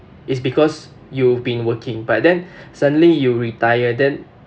it's because you've been working but then suddenly you retire then